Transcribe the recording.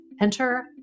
Enter